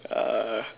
uh